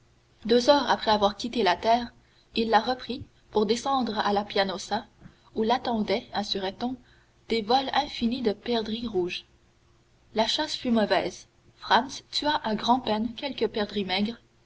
deux heures après avoir quitté la terre il la reprit pour descendre à la pianosa où l'attendaient assurait on des vols infinis de perdrix rouges la chasse fut mauvaise franz tua à grand-peine quelques perdrix maigres